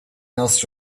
else